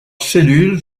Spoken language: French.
cellules